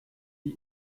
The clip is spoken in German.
die